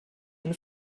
eine